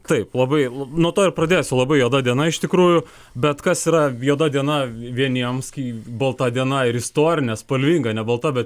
taip labai nuo to ir pradėsiu labai juoda diena iš tikrųjų bet kas yra juoda diena vieniems kai balta diena ir istorinė spalvinga ne balta bet